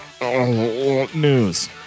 news